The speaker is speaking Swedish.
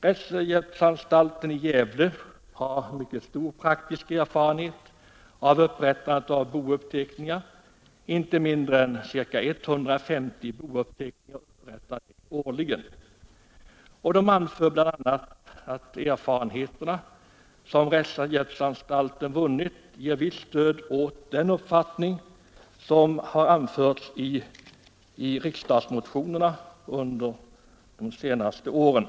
Rättshjälpsanstalten i Gävle, som har stor praktisk erfarenhet av upprättandet av bouppteckningar — inte mindre än ca 150 bouppteckningar årligen — skriver bl.a. att de erfarenheter som rättshjälpsanstalten vunnit ger visst stöd åt den uppfattning som har anförts i riksdagsmotionerna under de senaste åren.